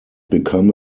become